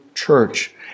church